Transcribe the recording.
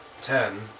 ten